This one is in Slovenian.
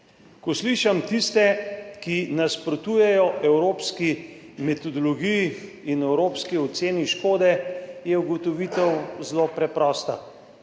Ko slišim tiste, ki nasprotujejo evropski metodologiji in evropski oceni škode, je ugotovitev zelo preprosta: